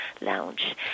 lounge